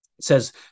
says